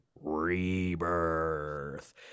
rebirth